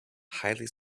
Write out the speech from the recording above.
highly